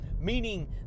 meaning